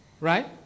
right